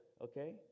okay